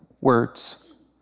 words